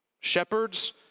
shepherds